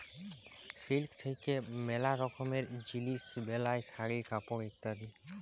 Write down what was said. silk থাক্যে ম্যালা রকমের জিলিস বেলায় শাড়ি, কাপড় ইত্যাদি